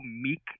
meek